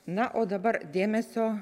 na o dabar dėmesio